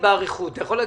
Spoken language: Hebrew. החברות.